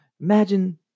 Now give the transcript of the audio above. Imagine